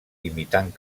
imitant